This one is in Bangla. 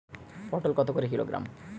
পটল কত করে কিলোগ্রাম?